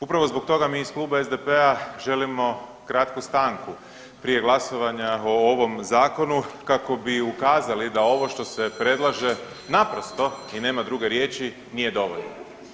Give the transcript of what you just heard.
Upravo zbog toga mi iz kluba SDP-a želimo kratku stanku prije glasovanja o ovom zakonu kako bi ukazali da ovo što se predlaže naprosto i nema druge riječi nije dovoljno.